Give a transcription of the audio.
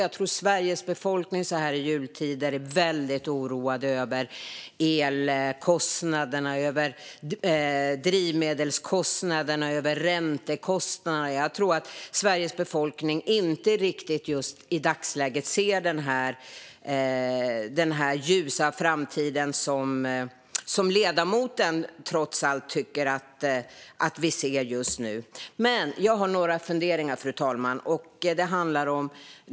Jag tror dock att Sveriges befolkning så här i juletid är väldigt oroad över kostnaderna för el, drivmedel och räntor. I dagsläget ser nog inte Sveriges befolkning den ljusa framtid som ledamoten trots allt tycks se. Fru talman!